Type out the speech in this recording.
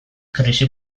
krisi